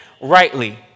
rightly